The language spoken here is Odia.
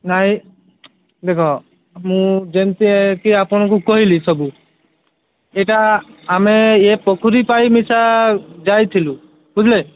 ନାଇଁ ଦେଖ ମୁଁ ଯେମିତିକି ଆପଣଙ୍କୁ କହିଲି ସବୁ ସେଇଟା ଆମେ ୟେ ମିଶା ପାଇଁ ଆମେ ଯାଇଥିଲୁ ବୁଝିଲେ